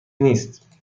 نیست